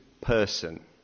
person